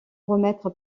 remettre